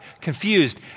confused